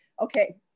okay